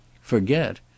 Forget